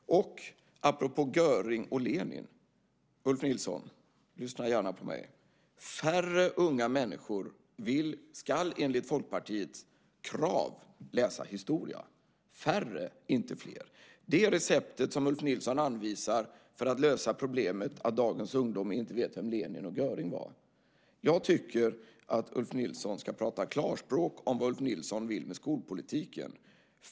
Och apropå Göring och Lenin - lyssna gärna på mig, Ulf Nilsson: Färre unga människor ska enligt Folkpartiets krav läsa historia - färre, inte fler! Det är receptet som Ulf Nilsson anvisar för att lösa problemet att dagens ungdom inte vet vem Lenin och Göring var. Jag tycker att Ulf Nilsson ska prata klarspråk om vad Ulf Nilsson vill med skolpolitiken.